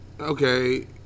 okay